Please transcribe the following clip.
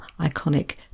iconic